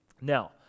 Now